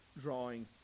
drawing